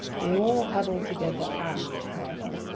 being all huddled together aft, however,